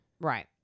Right